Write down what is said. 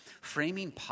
framing